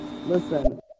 Listen